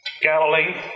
Galilee